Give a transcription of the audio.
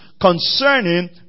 concerning